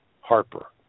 Harper